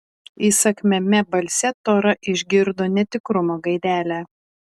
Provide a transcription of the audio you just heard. įsakmiame balse tora išgirdo netikrumo gaidelę